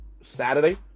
Saturday